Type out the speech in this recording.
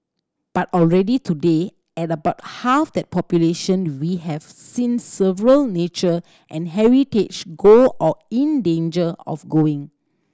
but already today at about half that population we have seen several nature and heritage go or in danger of going